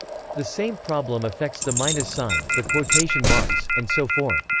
the same problem affects the minus sign, the quotation marks, and so forth.